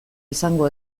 izango